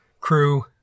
crew